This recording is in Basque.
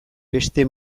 beste